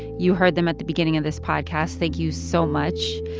you heard them at the beginning of this podcast. thank you so much.